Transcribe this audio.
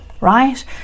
right